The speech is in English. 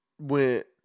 went